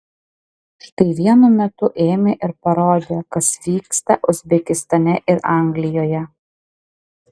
štai vienu metu ėmė ir parodė kas vyksta uzbekistane ir anglijoje